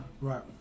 Right